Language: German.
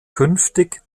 künftig